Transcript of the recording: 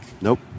Nope